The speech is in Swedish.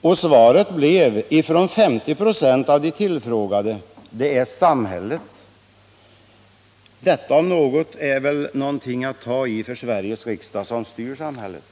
Från 50 926 av de tillfrågade blev svaret: Det är samhället. Detta om något är väl något att ta fasta på för Sveriges riksdag som styr samhället.